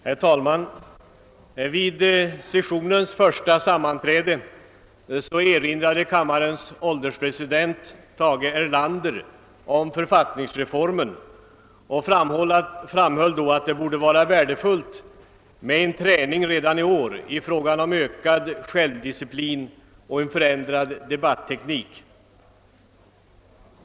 Herr talman! Vid sessionens första sammanträde erinrade kammarens ålderspresident Tage Erlander om författningsreformen och framhöll då, att det borde vara värdefullt med en träning redan i år i fråga om ökad självdisciplin och en förändrad debatteknik.